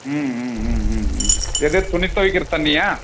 ம் ம் ம் ம் ம் எது துணி துவைக்கிற தண்ணியா